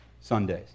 Sundays